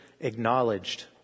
acknowledged